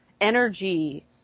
energy